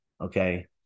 Okay